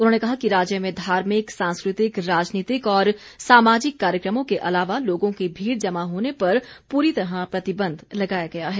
उन्होंने कहा कि राज्य में धार्मिक सांस्कृतिक राजनीतिक और सामाजिक कार्यक्रमों के अलावा लोगों की भीड़ जमा होने पर पूरी तरह प्रतिबंध लगाया गया है